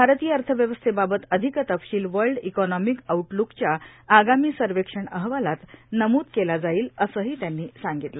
भारतीय अर्थव्यवस्थेबाबत अधिक तपशिल वर्ल्ड इकॉनॉमिक आऊटलूकच्या आगामी सर्वेक्षण अहवालात नमूद केलं जाईल असंही त्यांनी सांगितलं